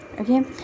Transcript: okay